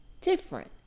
different